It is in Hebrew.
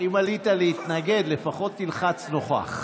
אם עלית להתנגד, לפחות תלחץ נוכח.